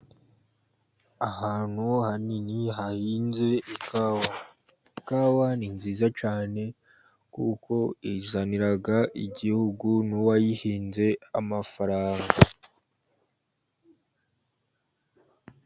Ahantu hanini hahinze ikawa. Ikawa ni nziza cyane kuko izanira igihugu n'uwayihinze amafaranga.